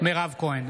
מירב כהן,